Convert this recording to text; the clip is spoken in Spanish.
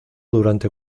durante